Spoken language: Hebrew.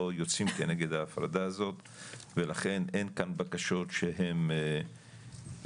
אנחנו לא יוצאים כנגד ההפרדה הזאת ולכן אין כאן בקשות שהן בקשות